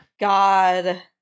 God